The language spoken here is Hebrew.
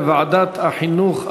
לדיון מוקדם בוועדת החינוך,